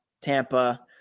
Tampa